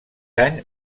any